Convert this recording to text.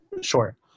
sure